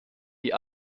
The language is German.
die